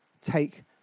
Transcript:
Take